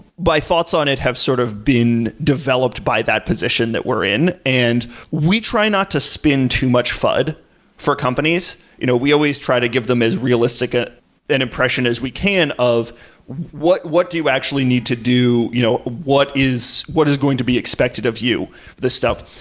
by thoughts on it, have sort of been developed by that position that we're in and we try not to spin too much fud for companies. you know we always try to give them as realistic ah an impression as we can of what what do you actually need to do? you know what is what is going to be expected of you for this stuff?